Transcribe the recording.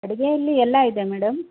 ಅಡುಗೆಯಲ್ಲಿ ಎಲ್ಲ ಇದೆ ಮೇಡಮ್